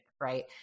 right